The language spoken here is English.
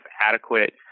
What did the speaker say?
adequate